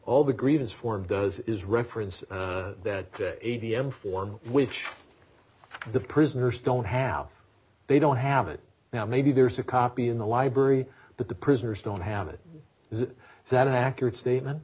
all the grievance form does is reference that a t m form which the prisoners don't have they don't have it now maybe there's a copy in the library but the prisoners don't have it is that an accurate statement